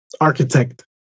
architect